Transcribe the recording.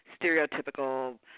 stereotypical